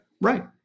right